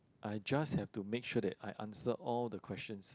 I just have to make sure that I answer all the questions